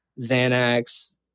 Xanax